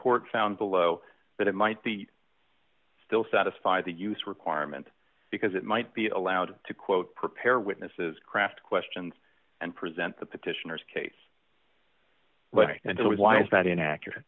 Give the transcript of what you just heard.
court found below that it might be still satisfy the use requirement because it might be allowed to quote prepare witnesses craft questions and present the petitioners case and it was that inaccurate